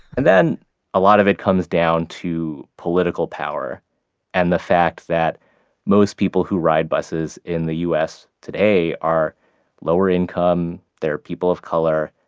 and then a lot of it comes down to political power and the fact that most people who ride buses in the us today are lower income. they are people of color.